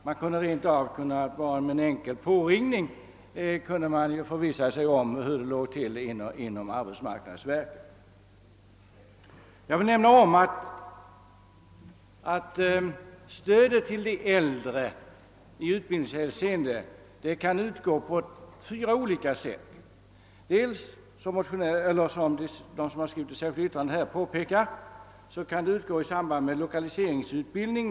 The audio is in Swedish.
Man kunde rent av med en enkel påringning ha förvissat sig om hur det ligger till inom arbetsmarknadsverket. Utbilidningsstödet till de äldre kan utgå på fyra olika sätt. Det kan, såsom påpekas i det särskilda yttrandet, utgå i samband med lokaliseringspolitiskt motiverad utbildning.